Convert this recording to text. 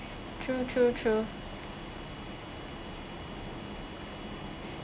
true true true